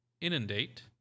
Inundate